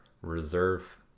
reserve